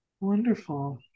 Wonderful